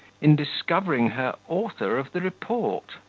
in discovering her author of the report.